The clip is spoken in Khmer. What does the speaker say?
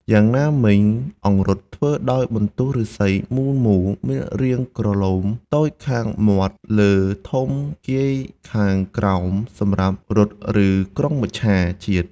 យ៉ាងណាមិញ អង្រុតធ្វើដោយបន្លោះឫស្សីមូលៗ មានរាងក្រឡូម តូចខាងមាត់លើធំគាយខាងក្រោម សម្រាប់រុត ឬក្រុងមច្ឆជាតិ។